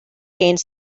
gained